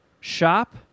shop